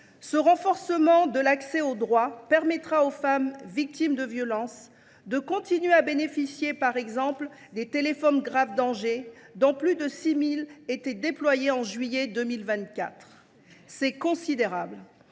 Ce renforcement de l’accès aux droits permettra aux femmes victimes de violences de continuer à bénéficier, par exemple, des téléphones grave danger, dont plus de 6 000 étaient déployés en juillet 2024, ce qui est considérable.